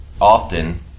often